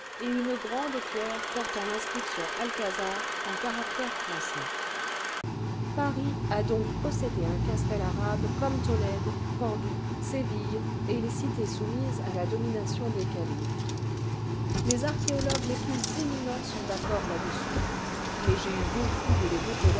et une grande pierre portant l'inscription alcazar en caractères français paris a donc possédé un castel arabe comme tolède cordoue séville et les cités soumises à la domination des califes les n archéologues les plus érninents sont d'accord là-dessus mais j'ai eu beau fouiller les dépôts